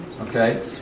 Okay